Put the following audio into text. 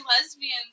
lesbians